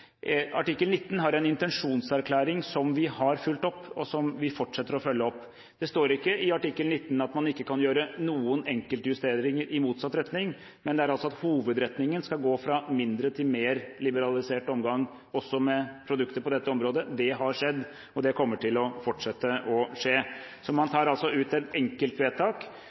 Artikkel 19 har en intensjonserklæring som vi har fulgt opp, og som vi fortsetter å følge opp. Det står ikke i artikkel 19 at man ikke kan gjøre noen enkeltjusteringer i motsatt retning, men hovedretningen skal gå fra mindre til mer liberalisert omgang også med produkter på dette området. Det har skjedd, og det kommer til å fortsette å skje. Så man tar altså ut et enkeltvedtak og bruker det som en